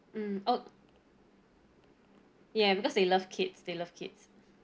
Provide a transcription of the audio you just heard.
mm !oops! ya because they love kids they love kids